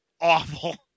awful